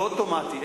לא אוטומטי,